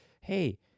Hey